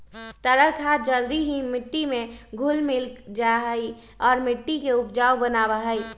तरल खाद जल्दी ही मिट्टी में घुल मिल जाहई और मिट्टी के उपजाऊ बनावा हई